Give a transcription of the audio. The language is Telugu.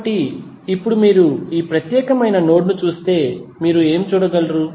కాబట్టి ఇప్పుడు మీరు ఈ ప్రత్యేకమైన నోడ్ ను చూస్తే మీరు ఏమి చూడగలరు